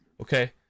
Okay